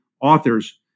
authors